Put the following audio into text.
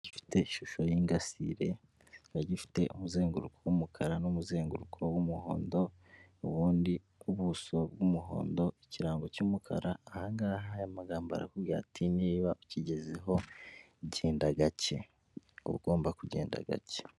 Ufite ishusho y'ingasire kikaba ifite umuzenguruko wumukara numuzenguruko wumuhondo ubundi ubuso bwumuhondo ikirango cyumukara, ahangaha a amagambogambo aravuga ati niba ukigezeho genda gake; uba ugomba kugenda gake.